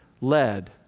led